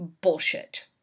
bullshit